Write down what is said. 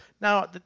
now